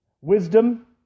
Wisdom